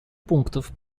пунктов